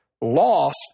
lost